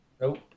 Nope